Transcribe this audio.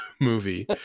movie